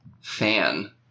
fan